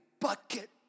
bucket